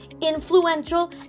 influential